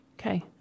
Okay